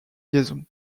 liaison